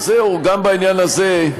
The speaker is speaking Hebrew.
אז זהו, גם בעניין הזה,